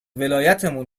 ولایتمون